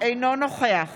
אינו נוכח